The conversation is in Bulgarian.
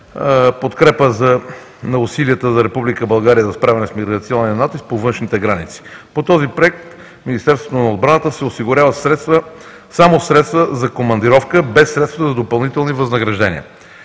подкрепа на усилията на Република България за справяне с миграционен натиск по външните граници. По този проект Министерството на отбраната си осигурява само средства за командировка, без средства за допълнителни възнаграждения.